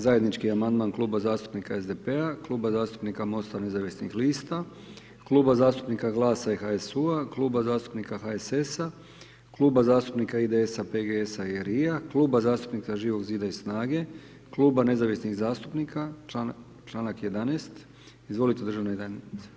Zajednički amandman Kluba zastupnika SDP-a, Kluba zastupnika MOST-a nezavisnih lista, Kluba zastupnika GLAS-a i HSU-a, Kluba zastupnika HSS-a, Kluba zastupnika IDS-a, PGS-a i LRI-a, Kluba zastupnika Živog zida i Snage, Kluba nezavisnih zastupnika članak 11., izvolite državna tajnice.